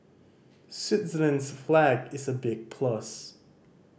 Switzerland's flag is a big plus